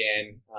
again